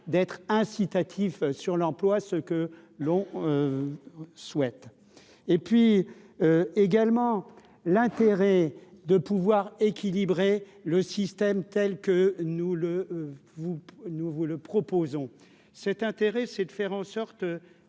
d'être incitatif sur l'emploi, ce que l'on souhaite et puis également l'intérêt de pouvoir équilibrer le système tel que nous le vous, nous vous le proposons cet intérêt c'est de faire en sorte